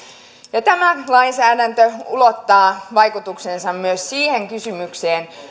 työtä tämä lainsäädäntö ulottaa vaikutuksensa myös siihen kysymykseen että